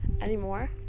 anymore